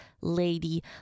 Lady